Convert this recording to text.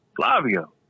Flavio